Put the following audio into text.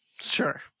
Sure